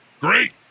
Great